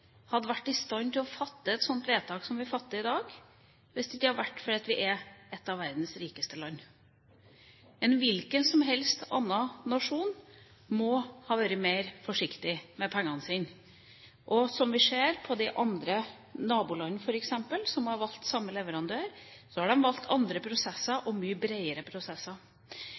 hadde vært i stand til å fatte et slikt vedtak som vi fatter i dag, hvis det ikke hadde vært for at vi er et av verdens rikeste land. En hvilken som helst annen nasjon måtte ha vært mer forsiktig med pengene sine. Som vi ser f.eks. i de andre nabolandene, som har valgt samme leverandør, så har de valgt andre og mye breiere prosesser.